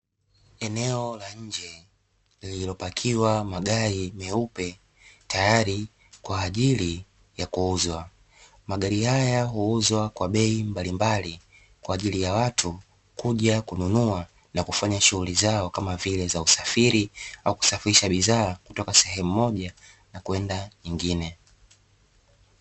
Eneo la nje lililopakiwa magari meupe tayari kwa ajili ya kuuzwa. Magari haya huuzwa kwa bei mbalimbali kwa ajili ya watu kuja kununua na kufanya shughuli zao kama vile za usafiri, au kusafirisha bidhaa kutoka sehemu moja na kwenda nyingine.